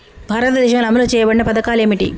భారతదేశంలో అమలు చేయబడిన పథకాలు ఏమిటి?